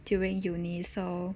during uni so